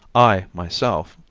i, myself,